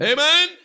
Amen